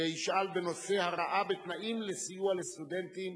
ישאל בנושא: הרעה בתנאים לסיוע לסטודנטים.